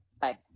bye